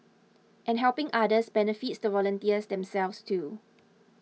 and helping others benefits the volunteers themselves too